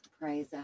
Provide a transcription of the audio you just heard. Praise